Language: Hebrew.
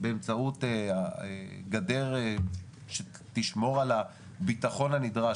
באמצעות גדר שתשמור על ביטחון הנדרש,